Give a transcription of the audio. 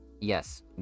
Yes